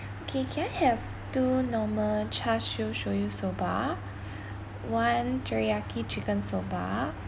okay can I have two normal char siew shoyu soba one teriyaki chicken soba